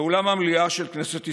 באולם המליאה של כנסת ישראל,